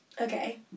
Okay